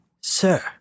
Sir